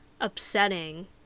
upsetting